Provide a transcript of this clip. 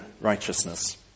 righteousness